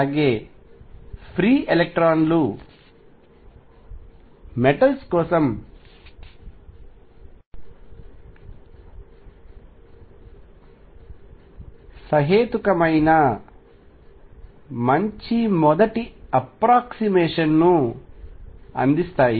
అలాగే ఫ్రీ ఎలక్ట్రాన్లు మెటల్స్ కోసం సహేతుకమైన మంచి మొదటి అప్రాక్సీమేషన్ ను అందిస్తాయి